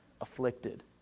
Afflicted